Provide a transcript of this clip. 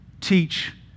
teach